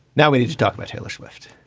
now we stuck by taylor swift.